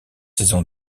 saison